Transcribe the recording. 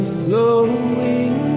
flowing